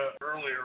earlier